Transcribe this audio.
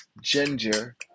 ginger